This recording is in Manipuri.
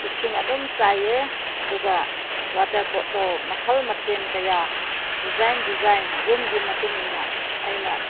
ꯏꯁꯤꯡ ꯑꯗꯨꯝ ꯆꯥꯏꯌꯦ ꯑꯗꯨꯒ ꯋꯥꯇꯔ ꯄꯣꯠꯇꯣ ꯃꯈꯜ ꯃꯊꯦꯜ ꯀꯌꯥ ꯗꯤꯖꯥꯏꯟ ꯗꯤꯖꯥꯏꯟ ꯌꯨꯝꯒꯤ ꯃꯇꯨꯡ ꯏꯟꯅ ꯑꯩꯅ